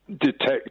detect